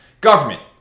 government